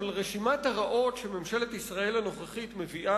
אבל רשימת הרעות שממשלת ישראל הנוכחית מביאה